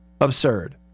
absurd